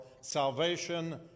salvation